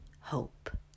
hope